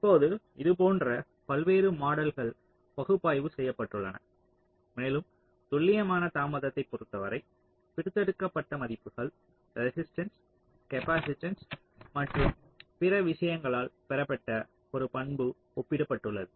இப்போது இது போன்ற பல்வேறு மாடல்கள் பகுப்பாய்வு செய்யப்பட்டுள்ளன மேலும் துல்லியமான தாமதத்தைப் பொறுத்தவரை பிரித்தெடுக்கப்பட்ட மதிப்புகள் ரெசிஸ்ட்டன்ஸ் காப்பாசிட்டன்ஸ் மற்றும் பிற விஷயங்களால் பெறப்பட்ட ஒரு பண்பு ஒப்பிடப்பட்டுள்ளது